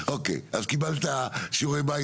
אוקיי, אז קיבלת שיעורי בית.